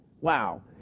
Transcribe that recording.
wow